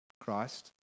christ